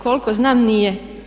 Koliko znam nije.